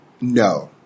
No